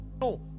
No